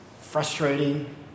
frustrating